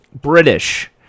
British